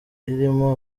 irimo